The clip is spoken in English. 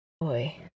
boy